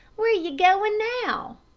where ye goin' now?